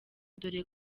dore